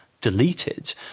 deleted